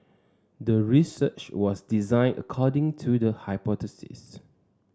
the research was designed according to the hypothesis